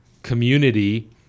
Community